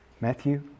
Matthew